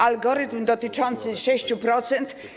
Algorytm dotyczący 6%.